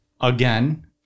Again